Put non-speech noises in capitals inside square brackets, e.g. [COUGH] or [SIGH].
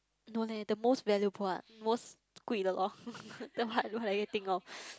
no leh the most valuable ah most 贵的 lor [LAUGHS] damn hard what are you think of